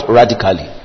radically